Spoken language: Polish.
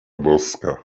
boska